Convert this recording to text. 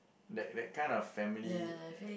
that that kind of family